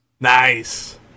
Nice